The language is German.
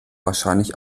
wahrscheinlich